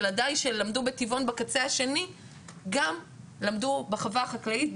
ילדיי שלמדו בטבעון בקצה השני גם למדו בחווה החקלאית.